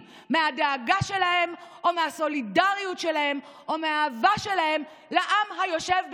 מהדאגה שלהם או מהסולידריות שלהם או מהאהבה שלהם לעם היושב בציון.